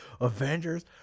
Avengers